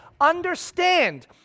Understand